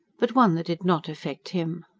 but one that did not affect him.